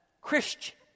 Christian